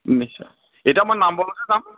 নিশ্চয় এতিয়া মই নামবৰতে যাম